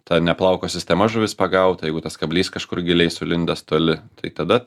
ta neplauko sistema žuvis pagauta jeigu tas kablys kažkur giliai sulindęs toli tai tada